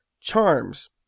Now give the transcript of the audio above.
charms